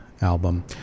album